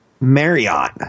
Marriott